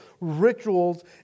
rituals